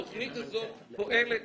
התוכנית הזאת פועלת